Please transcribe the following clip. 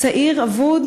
צעיר אבוד,